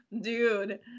Dude